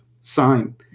sign